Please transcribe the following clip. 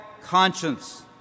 conscience